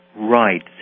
right